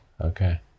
Okay